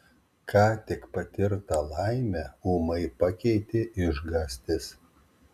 ką tik patirtą laimę ūmai pakeitė išgąstis